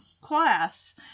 class